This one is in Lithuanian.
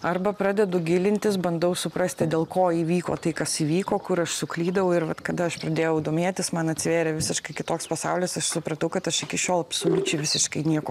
arba pradedu gilintis bandau suprasti dėl ko įvyko tai kas įvyko kur aš suklydau ir vat kada aš pradėjau domėtis man atsivėrė visiškai kitoks pasaulis aš supratau kad aš iki šiol absoliučiai visiškai nieko